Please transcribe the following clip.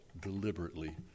deliberately